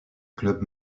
club